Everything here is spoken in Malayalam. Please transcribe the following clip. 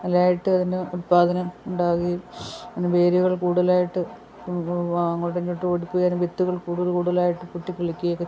നല്ലതായിട്ടതിന് ഉത്പാദനം ഉണ്ടാവുകയും അതിൻ്റെ വേരുകൾ കൂടുതലായിട്ട് അങ്ങോട്ടും ഇങ്ങോട്ടും ഓടി പോയാലും വിത്തുകൾ കൂടുതൽ കൂടലായിട്ട് പൊട്ടി കിളിക്കയൊക്കെ ചെയ്യും